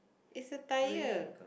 is a tire